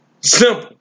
simple